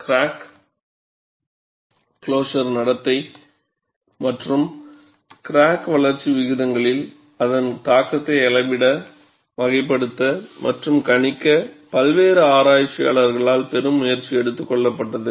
crack closure நடத்தை மற்றும் crack வளர்ச்சி விகிதங்களில் அதன் தாக்கத்தை அளவிட வகைப்படுத்த மற்றும் கணிக்க பல்வேறு ஆராய்ச்சியாளர்களால் பெரும் முயற்சி எடுக்கப்பட்டுள்ளது